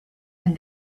and